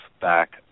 back